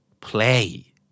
Play